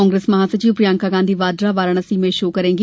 कांग्रेस महासचिव प्रियंका गांधी वाड्रा वाराणसी में road show करेंगी